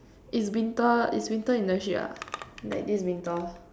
it's winter it's winter internship ah like this winter